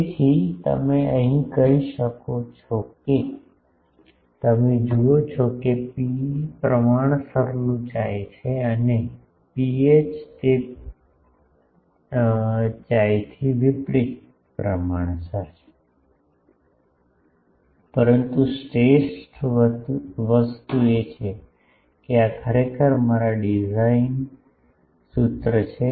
તેથી તમે એમ કહી શકો કે તમે જુઓ છો કે ρe પ્રમાણસરનું chi છે અને ρh તે chi થી વિપરિત પ્રમાણસર છે પરંતુ શ્રેષ્ઠ વસ્તુ એ છે કે આ ખરેખર મારા ડિઝાઇન સૂત્ર છે